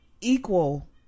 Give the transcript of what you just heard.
equal